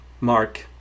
Mark